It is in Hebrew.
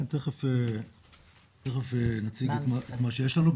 כן, תכף נציג את מה שיש לנו.